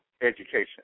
education